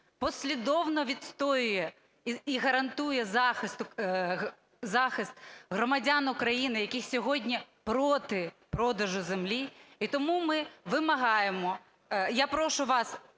послідовно відстоює і гарантує захист громадян України, які сьогодні проти продажу землі. І тому ми вимагаємо, я прошу вас